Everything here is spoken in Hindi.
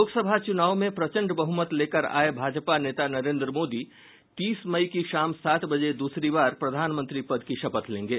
लोकसभा चूनाव में प्रचंड बहमत लेकर आये भाजपा नेता नरेन्द्र मोदी तीस मई की शाम सात बजे दूसरी बार प्रधानमंत्री पद की शपथ लेंगे